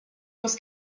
was